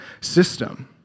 system